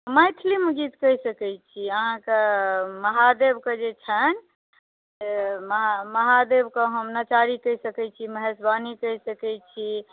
मैथिली मे जे छै से कहि सकै छियै अहाँके महादेव के जे छनि महादेव के हम नचारी कहि सकै छी महेशवानी कहि सकै छी नचारी कहि सकै छियै